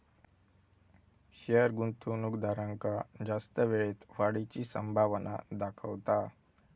share गुंतवणूकदारांका जास्त वेळेत वाढीची संभावना दाखवता